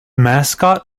mascot